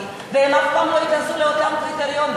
והם אף פעם לא ייכנסו לאותם קריטריונים,